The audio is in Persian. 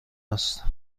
است